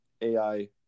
AI